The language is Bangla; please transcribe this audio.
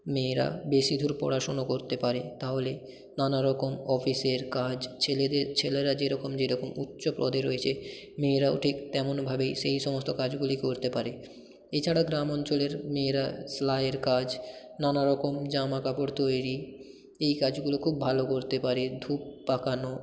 মেয়েরা বেশি দূর পড়াশোনা করতে পারে তাহলে নানা রকম অফিসের কাজ ছেলেদের ছেলেরা যেরকম যেরকম উচ্চ পদে রয়েছে মেয়েরাও ঠিক তেমনভাবেই সেই সমস্ত কাজগুলি করতে পারে এছাড়া গ্রাম অঞ্চলের মেয়েরা সেলাইয়ের কাজ নানা রকম জামা কাপড় তৈরি এই কাজগুলো খুব ভালো করতে পারে ধূপ পাকানো